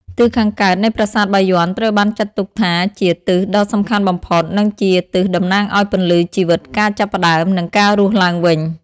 ទិសខាងកើតនៃប្រាសាទបាយ័ន ត្រូវបានចាត់ទុកថាជា ទិសដ៏សំខាន់បំផុត និងជាទិសតំណាងឱ្យ ពន្លឺ ជីវិត ការចាប់ផ្តើម និងការរស់ឡើងវិញ។